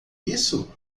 isso